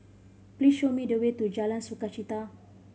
please show me the way to Jalan Sukachita